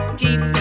keep